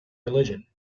religion